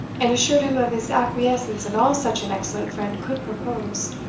and assured him of his acquiescence in all such an excellent friend could propose.